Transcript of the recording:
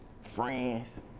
friends